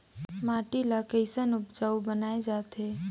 माटी ला कैसन उपजाऊ बनाय जाथे?